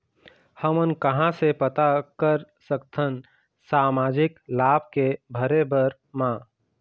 हमन कहां से पता कर सकथन सामाजिक लाभ के भरे बर मा?